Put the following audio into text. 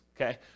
Okay